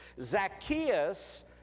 Zacchaeus